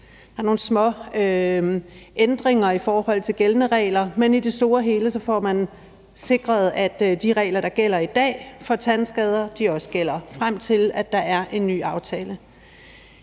Der er nogle småændringer i forhold til gældende regler, men i det store og hele får man sikret, at de regler for tandskader, der gælder i dag, også gælder, frem til at der er en ny aftale.